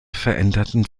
veränderten